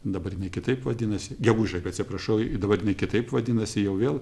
dabar jinai kitaip vadinasi gegužei atsiprašau dabar jinai kitaip vadinasi jau vėl